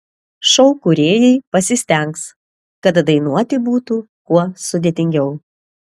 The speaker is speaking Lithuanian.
šou kūrėjai pasistengs kad dainuoti būtų kuo sudėtingiau